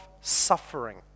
suffering